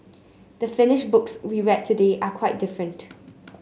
the finished books we read today are quite different